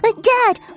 Dad